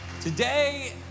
Today